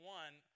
one